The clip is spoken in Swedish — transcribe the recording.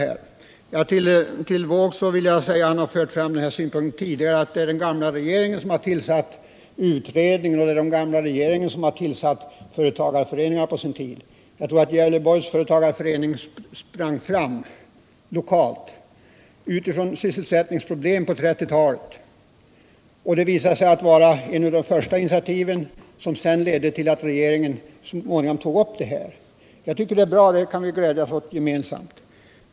Herr Wååg har fört fram den synpunkten tidigare att det är den gamla regeringen som har tillsatt utredningen och att det är den gamla regeringen som har inrättat företagareföreningarna på sin tid. Jag tror att Gävleborgs företagareförening sprang fram lokalt ur sysselsättningsproblem på 1930-talet. Det initiativet ledde sedan till att regeringen så småningom tog upp dessa frågor. Det är bra, och det kan vi glädja oss åt gemensamt.